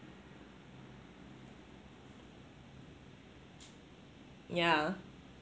yeah